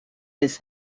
his